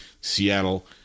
Seattle